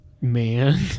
man